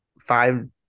five